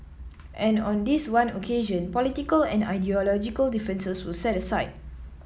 and on this one occasion political and ideological differences were set aside